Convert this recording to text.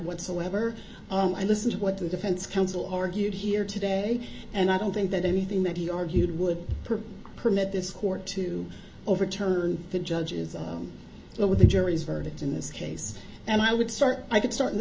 whatsoever and this is what the defense counsel argued here today and i don't think that anything that he argued would permit this court to overturn the judge's with the jury's verdict in this case and i would start i could start in the